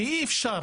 שאי אפשר